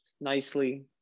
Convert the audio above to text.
nicely